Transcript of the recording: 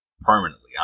permanently